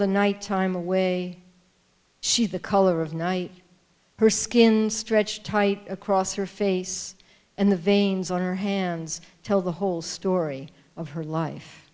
the nighttime away she the color of night her skin stretched tight across her face and the veins on her hands tell the whole story of her life